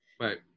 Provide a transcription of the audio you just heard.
Right